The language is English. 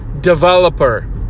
developer